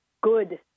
good